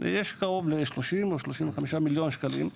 יש קרוב ל-30 או 35 מיליון שקלים,